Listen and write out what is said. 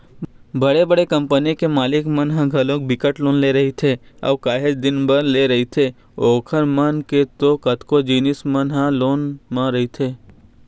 बड़े बड़े कंपनी के मालिक मन ह घलोक बिकट लोन ले रहिथे अऊ काहेच दिन बर लेय रहिथे ओखर मन के तो कतको जिनिस मन ह लोने म रहिथे